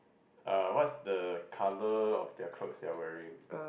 uh what's the colour of their clothes they are wearing